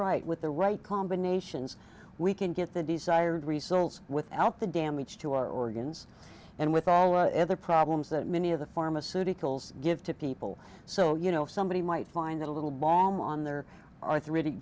right with the right combinations we can get the desired result without the damage to our organs and with all a other problems that many of the pharmaceuticals give to people so you know somebody might find that a little bomb on their arthritic